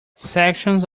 sections